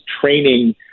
training